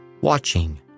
watching